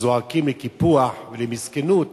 זועקים על קיפוח ומסכנות,